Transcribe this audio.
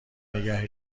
نگه